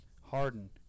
Harden